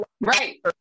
right